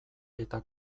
eta